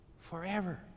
forever